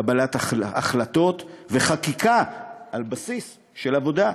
קבלת החלטות וחקיקה על בסיס של עבודה.